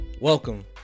welcome